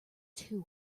too